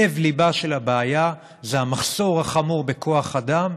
לב-ליבה של הבעיה זה המחסור החמור בכוח אדם,